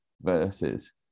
versus